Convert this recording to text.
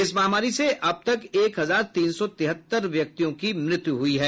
इस महामारी से अब तक एक हजार तीन सौ तिहत्तर व्यक्तियों की मृत्यु हो चुकी हैं